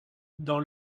dans